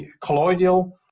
colloidal